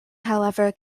however